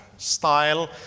style